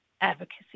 advocacy